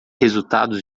resultados